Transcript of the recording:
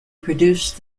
produced